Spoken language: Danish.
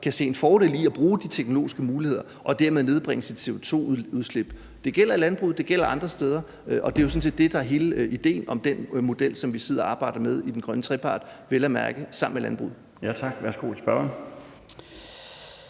kan se en fordel i at bruge de teknologiske muligheder og dermed nedbringe sit CO2-udslip. Det gælder i landbruget, det gælder andre steder, og det er jo sådan set det, der er hele idéen med den model, som vi sidder og arbejder med i den grønne trepart, vel at mærke sammen med landbruget. Kl. 15:44 Den fg.